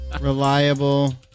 Reliable